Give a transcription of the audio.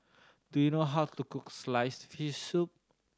do you know how to cook sliced fish soup